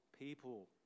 people